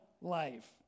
life